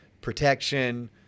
protection